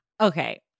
Okay